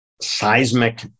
seismic